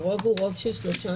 הרוב הוא רוב רגיל?